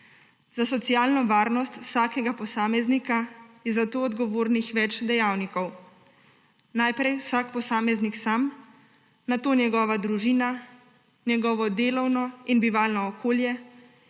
Za socialno varnost vsakega posameznika je za to odgovornih več dejavnikov. Najprej vsak posameznik sam, nato njegova družina, njegovo delovno in bivalno okolje